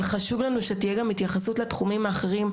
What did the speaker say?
אבל חשוב לנו שתהיה גם התייחסות לתחומים האחרים,